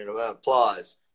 applause